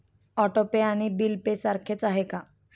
Auto pay आणि bill pay सारखेच आहे का?